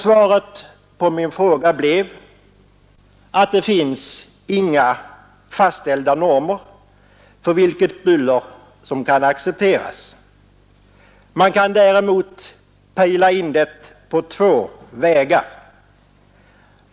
Svaret på min fråga blev att det finns inga fastställda normer för vilket buller som kan accepteras. Man kan däremot pejla in det på två vägar.